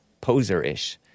poser-ish